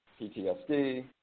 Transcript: PTSD